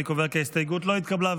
אני קובע כי ההסתייגות לא התקבלה.